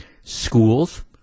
schools